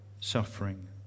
suffering